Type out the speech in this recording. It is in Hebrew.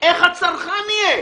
איך הצרכן יהיה.